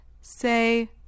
Say